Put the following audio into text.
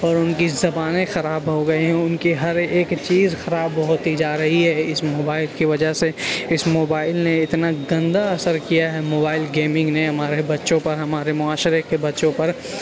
اور ان کی زبانیں خراب ہو گئیں ہیں ان کی ہر ایک چیز خراب ہوتی جا رہی ہے اس موبائل کی وجہ سے اس موبائل نے اتنا گندہ اثر کیا ہے موبائل گیمنگ نے ہمارے بچوں پر ہمارے معاشرے کے بچوں پر